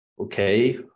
okay